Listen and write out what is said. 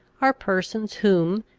are persons whom,